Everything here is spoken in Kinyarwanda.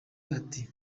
ati